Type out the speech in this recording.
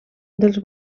dels